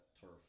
turf